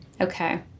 Okay